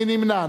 מי נמנע?